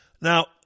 Now